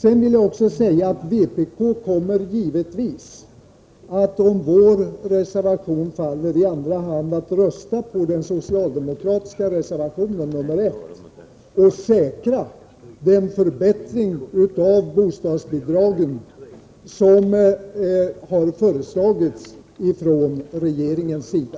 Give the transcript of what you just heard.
Sedan vill jag säga att vpk, om vår reservation faller, givetvis i andra hand kommer att rösta på den socialdemokratiska reservationen 1 och säkra den förbättring av bostadsbidragen som har föreslagits från regeringens sida.